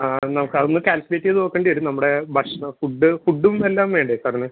നമുക്ക് അതൊന്ന് കാൽക്കുലേറ്റ് ചെയ്ത് നോക്കേണ്ടി വരും നമ്മുടെ ഭക്ഷണ ഫുഡ് ഫുഡ്ഡും എല്ലാം വേണ്ടേ സാറിന്